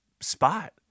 spot